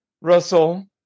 Russell